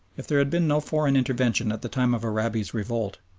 if there had been no foreign intervention at the time of arabi's revolt,